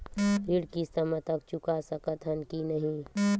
ऋण किस्त मा तक चुका सकत हन कि नहीं?